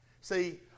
See